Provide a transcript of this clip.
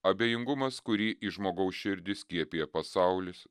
abejingumas kurį į žmogaus širdį skiepija pasaulis